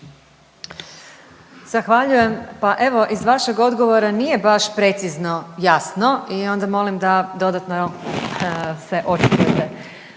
Zahvaljujem. Pa evo iz vašeg odgovora nije baš precizno jasno i onda molim da dodatno jel se očitujete.